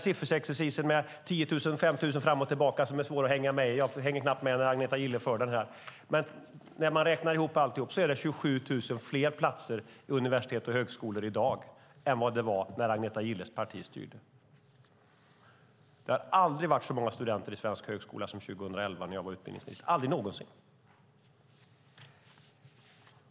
Sifferexercisen är svår att hänga med i med 10 000 eller 5 000 platser fram och tillbaka, men när man räknar ihop allt är det 27 000 fler platser vid universitet och högskolor i dag än när Agneta Gilles parti styrde. Det har aldrig varit så många studenter i svensk högskola som 2011 när jag var utbildningsminister, aldrig någonsin.